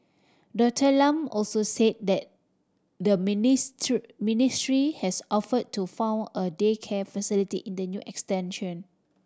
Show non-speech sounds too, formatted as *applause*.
Doctor Lam also say that the *unintelligible* ministry has offered to fund a daycare facility in the new extension